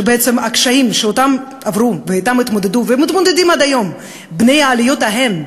שהקשיים שעברו ואתם התמודדו ואתם מתמודדים עד היום בני העליות ההן,